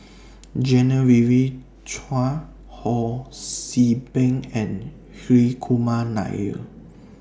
Genevieve Chua Ho See Beng and Hri Kumar Nair